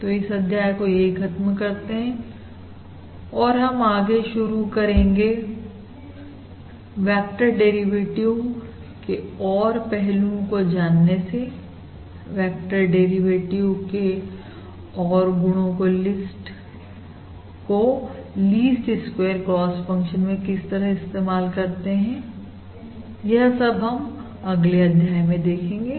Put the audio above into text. तो हम इस अध्याय को यहीं खत्म करते हैं और हम आगे शुरुआत करेंगे वेक्टर डेरिवेटिव के और पहलुओं को जानने से वेक्टर डेरिवेटिव के और गुणों को लीस्ट स्क्वेयर कॉस्ट फंक्शन में किस तरह इस्तेमाल करते हैं यह सब हम अगले अध्याय में देखेंगे